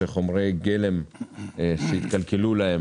שחומרי גלם התקלקלו להם